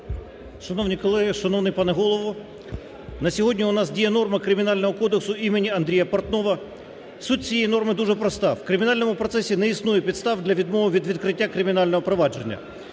Шановні колеги, шановний пане голово, на сьогодні у нас діє норма Кримінального кодексу імені Андрій Портнова. Суть цієї норми дуже проста: в кримінальному процесі не існує підстав для відмови від відкриття кримінального провадження.